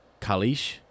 Kalish